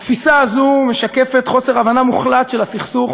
התפיסה הזאת משקפת חוסר הבנה מוחלט של הסכסוך